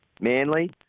Manly